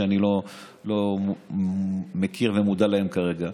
שאני לא מכיר ומודע להם כרגע,